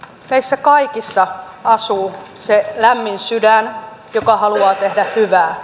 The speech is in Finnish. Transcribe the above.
meissä kaikissa asuu se lämmin sydän joka haluaa tehdä hyvää